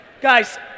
Guys